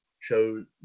chose